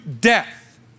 death